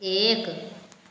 एक